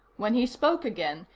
when he spoke again,